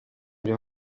buri